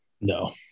No